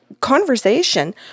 conversation